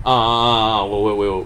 uh uh uh 我有我有